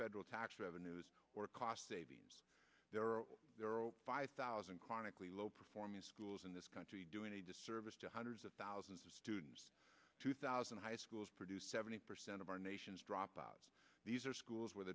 federal tax revenues or cost savings there are or there are over five thousand chronically low performing schools in this country doing a disservice to hundreds of thousands of students two thousand high schools produce seventy percent of our nation's dropouts these are schools where